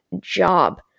job